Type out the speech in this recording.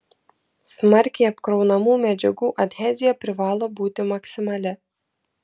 smarkiai apkraunamų medžiagų adhezija privalo būti maksimali